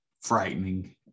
frightening